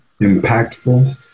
Impactful